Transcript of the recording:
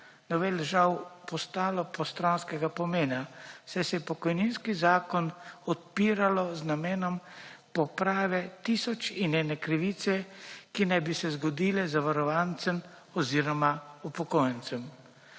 novel žal postalo postranskega pomena, saj se je pokojninski zakon odpiralo z namenom poprave tisoč in ene krivice, ki naj bi se zgodilo zavarovancem oziroma upokojencem.